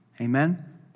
Amen